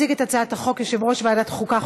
יציג את הצעת החוק יושב-ראש ועדת החוקה,